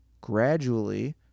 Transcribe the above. Gradually